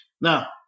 now